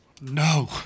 No